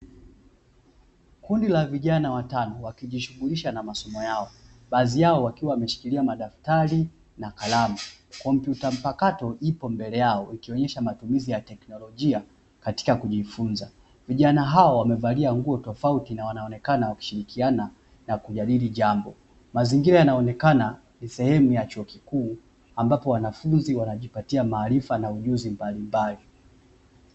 Kundi la vijana watano, wakijishughulisha na masomo yao, baadhi yao wakiwa wameshikilia madaftari na kalamu. Kompyuta mpakato ipo mbele yao, ikionyesha matumizi ya teknolojia katika kujifunza, vijana hao wamevalia nguo tofauti na wanaonekana wakishirikiana na kujadili jambo. Mazingira yanaonekana ni sehemu ya chuo kikuu, ambapo wanafunzi wanajipatia maarifa na ujuzi mbalimbali.